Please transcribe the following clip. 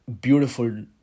beautiful